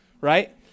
right